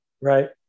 right